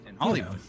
Hollywood